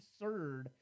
absurd